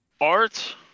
Art